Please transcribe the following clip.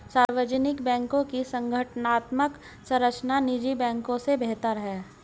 सार्वजनिक बैंकों की संगठनात्मक संरचना निजी बैंकों से बेहतर है